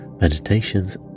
meditations